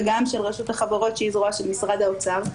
וגם של רשות החברות שהיא זרוע של משרד האוצר.